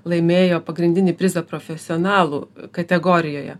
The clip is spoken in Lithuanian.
laimėjo pagrindinį prizą profesionalų kategorijoje